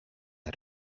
how